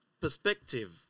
perspective